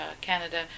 Canada